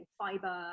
fiber